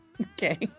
Okay